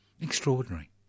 Extraordinary